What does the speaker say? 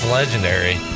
legendary